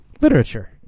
literature